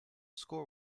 score